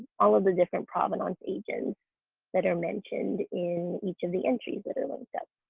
all of the different provenance agents that are mentioned in each of the entries that are linked up.